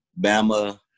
Bama